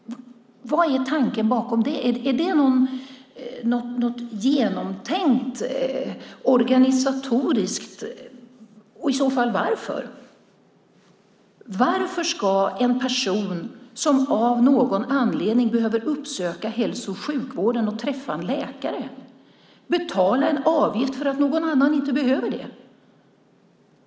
Vad är tanken bakom det? Är det något genomtänkt organisatoriskt, och i så fall varför? Varför ska en person som av någon anledning behöver uppsöka hälso och sjukvården och träffa en läkare betala en avgift därför att någon annan inte behöver det?